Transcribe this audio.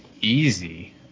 easy